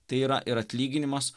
tai yra ir atlyginimas